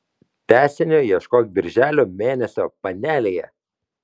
tęsinio ieškok birželio mėnesio panelėje